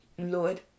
Lord